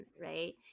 right